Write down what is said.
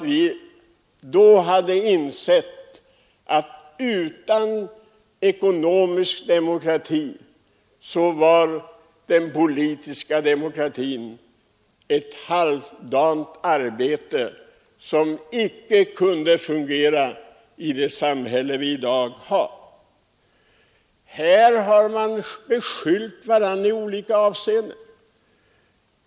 Vi har insett att utan ekonomisk demokrati är den politiska demokratin en halvdan produkt, som icke kan fungera i det samhälle vi i dag har. Man har i denna debatt riktat beskyllningar mot varandra i olika avseenden.